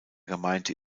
gemeinde